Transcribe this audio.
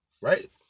Right